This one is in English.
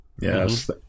Yes